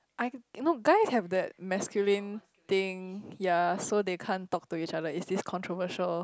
I no guys have that masculine thing ya so they can't talk to each other is this controversial